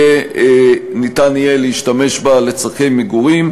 אפשר יהיה להשתמש לצורכי מגורים,